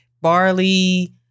barley